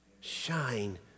Shine